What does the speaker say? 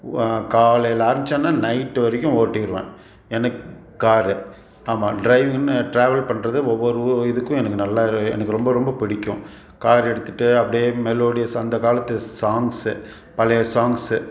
காலையில் ஆரம்பித்தேன்னா நைட்டு வரைக்கும் ஓட்டிடுவேன் எனக்கு காரு ஆமாம் ட்ரைவிங்ன்னு ட்ராவல் பண்ணுறது ஒவ்வொரு ஊ இதுக்கும் எனக்கு நல்லா எனக்கு ரொம்ப ரொம்ப பிடிக்கும் கார் எடுத்துகிட்டு அப்படியே மெலோடியஸ் அந்த காலத்து சாங்ஸு பழைய சாங்ஸு